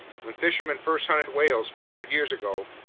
when fishermen first hunted whales four hundred years ago,